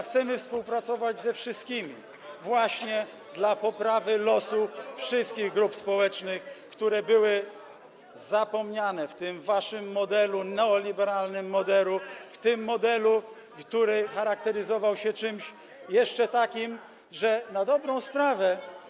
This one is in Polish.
Chcemy współpracować ze wszystkimi dla poprawy losu wszystkich grup społecznych, które były zapomniane w tym waszym modelu neoliberalnym, w tym modelu, który charakteryzował się czymś jeszcze takim, że na dobrą sprawę.